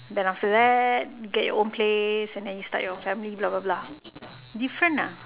then after that get your own place and then you start your own family blah blah blah different ah